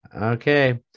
Okay